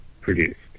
produced